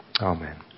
Amen